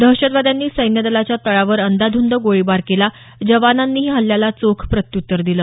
दहशतवाद्यांनी लष्कराच्या तळावर अंदाधंद गोळीबार केला जवानांनीही या हल्ल्याला चोख प्रत्युत्तर दिलं